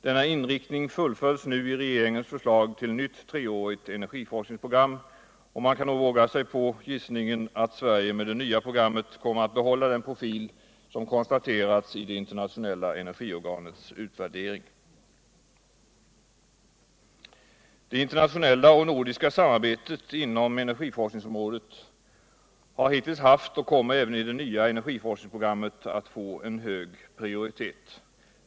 Denna inriktning fullföljs nu i regeringsförslaget till ett nytt treårigt energiforskningsprogram, och man kan nog våga sig på gissningen att Sverige med det nya programmet kommer att behålla den profil som konstaterats i det internationella energiprogrammets utvärdering. Det internationella och nordiska samarbetet inom energiforskningsom rådet har hittills haft och kommer även i det nya energitorskningsprogrammet alt få en hög prioritet.